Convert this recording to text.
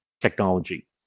technology